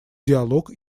диалог